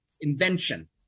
invention